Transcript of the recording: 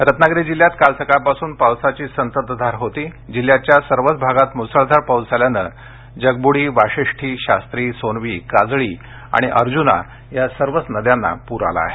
पाऊस रत्नागिरी जिल्ह्यात काल सकाळपासून पावसाची संततधार स्रु होती जिल्ह्याच्या सर्वच भागांमध्ये म्सळधार पाऊस झाल्यानं जगब्डी वाशिष्ठी शास्त्री सोनवी काजळी आणि अर्ज्ना या सर्वच नदयांना प्र आला आहे